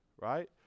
right